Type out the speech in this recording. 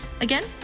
Again